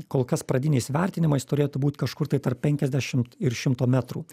kol kas pradiniais vertinimais turėtų būt kažkur tai tarp penkiasdešimt ir šimto metrų